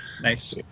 Nice